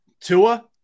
Tua